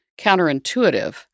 counterintuitive